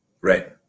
Right